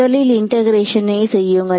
முதலில் இன்டெகரேஷனை செய்யுங்கள்